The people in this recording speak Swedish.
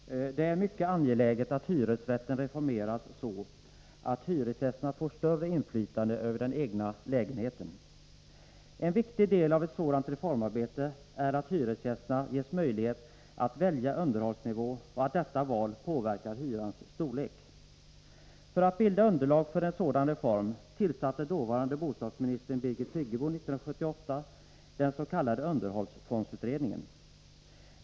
Herr talman! Det är mycket angeläget att hyresrätten reformeras så, att hyresgästerna får större inflytande över den egna lägenheten. En viktig del av ett sådant reformarbete är att hyresgästerna ges möjlighet att välja underhållsnivå och att detta val påverkar hyrans storlek. För att bilda underlag för en sådan reform tillsatte 1978 dåvarande bostadsministern Birgit Friggebo den s.k. underhållsfondsutredningen.